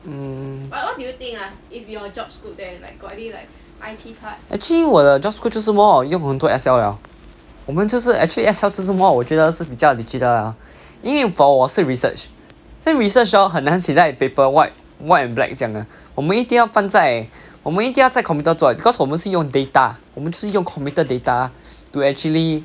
mm actually 我的 job scope 就是 more on 用很多 excel 了我们就是 actually excel 就是 more on 我觉得是比较 digital 了因为 for 我是 research 所以 research hor 很难写在 paper white white and black 这样的我们一定要放在我们一定要在 computer 做 because 我们是用 data 我们就是用 computer data to actually